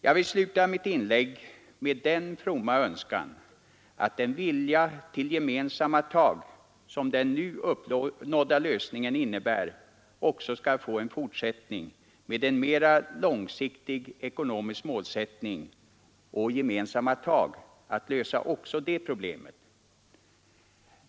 Jag vill sluta mitt inlägg med den fromma önskan att den vilja till gemensamma tag som den nu uppnådda lösningen innebär också skall få en fortsättning med en mera långsiktig ekonomisk målsättning och gemensamma tag för att lösa också det problemet.